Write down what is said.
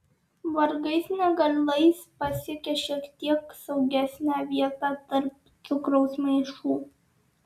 vargais negalais pasiekia šiek tiek saugesnę vietą tarp cukraus maišų